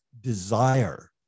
desire